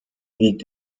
wiegt